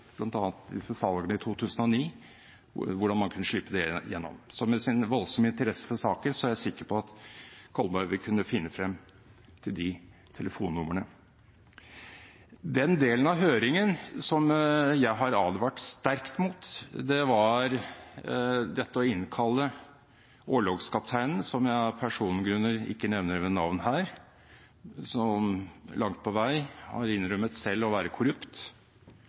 jeg sikker på at Kolberg vil kunne finne frem til de telefonnumrene. Den delen av høringen som jeg har advart sterkt mot, var det å innkalle orlogskapteinen – som jeg av persongrunner ikke nevner ved navn her – som langt på vei selv innrømmet å være korrupt.